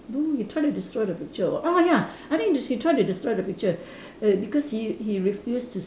don't know he try to destroy the picture or what oh ya I think he try to destroy the picture err because he he refuse to